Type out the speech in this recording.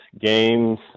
games